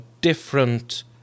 different